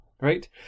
right